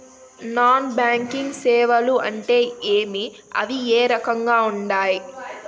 non banking సేవలు అంటే ఏమి అవి ఏ రకంగా ఉండాయి